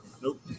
nope